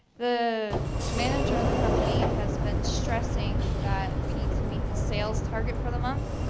the manager of the company has been stressing that we need to meet the sales target for the month.